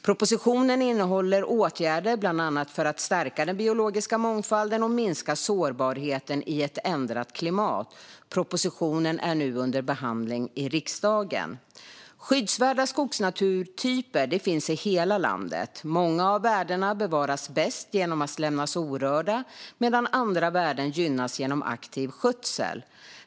Propositionen innehåller åtgärder bland annat för att stärka den biologiska mångfalden och minska sårbarheten i ett ändrat klimat. Propositionen är nu under behandling i riksdagen. Skyddsvärda skogsnaturtyper finns i hela landet. Många av värdena bevaras bäst genom att lämnas orörda, medan andra värden gynnas genom aktiv skötsel.